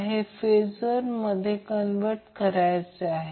हे एक phasor quantity आहे